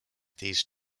these